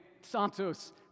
Santos